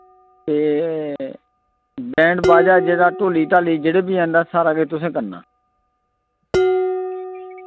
ए band बाज्जा जेह्ड़ा ढोली ढाली जेह्ड़े बी हैन तां सारा किश तुसैं करना